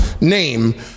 name